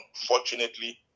unfortunately